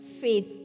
faith